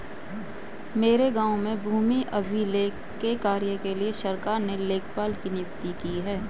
मेरे गांव में भूमि अभिलेख के कार्य के लिए सरकार ने लेखपाल की नियुक्ति की है